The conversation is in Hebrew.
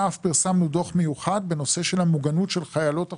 אף פרסמנו דוח מיוחד בנושא של המוגנות של חיילות החובה,